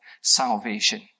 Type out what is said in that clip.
salvation